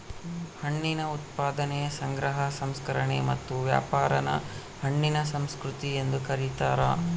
ಹಣ್ಣಿನ ಉತ್ಪಾದನೆ ಸಂಗ್ರಹ ಸಂಸ್ಕರಣೆ ಮತ್ತು ವ್ಯಾಪಾರಾನ ಹಣ್ಣಿನ ಸಂಸ್ಕೃತಿ ಎಂದು ಕರೀತಾರ